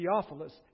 Theophilus